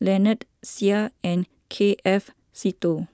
Lynnette Seah and K F Seetoh